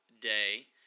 Day